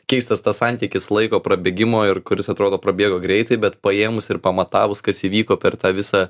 keistas tas santykis laiko prabėgimo ir kuris atrodo prabėgo greitai bet paėmus ir pamatavus kas įvyko per tą visą